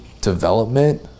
development